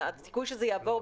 והסיכוי שזה יעבור,